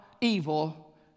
evil